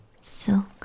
silk